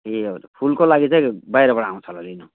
ए हजुर फुलको लागि चाहिँ बाहिरबाट आउँछ होला लिनु